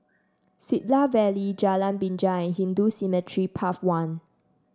Siglap Valley Jalan Binja and Hindu Cemetery Path one